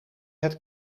het